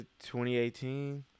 2018